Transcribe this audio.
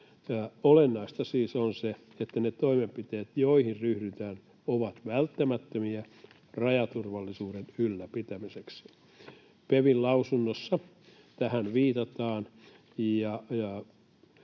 Olennaista siis on se, että ne toimenpiteet, joihin ryhdytään, ovat välttämättömiä rajaturvallisuuden ylläpitämiseksi. PeVin lausunnossa tähän viitataan